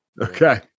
Okay